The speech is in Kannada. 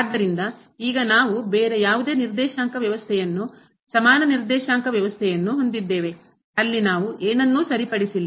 ಆದ್ದರಿಂದ ಈಗ ನಾವು ಬೇರೆ ಯಾವುದೇ ನಿರ್ದೇಶಾಂಕ ವ್ಯವಸ್ಥೆಯನ್ನು ಸಮಾನ ನಿರ್ದೇಶಾಂಕ ವ್ಯವಸ್ಥೆಯನ್ನು ಹೊಂದಿದ್ದೇವೆ ಅಲ್ಲಿ ನಾವು ಏನನ್ನೂ ಸರಿಪಡಿಸಿಲ್ಲ